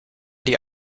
die